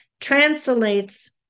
translates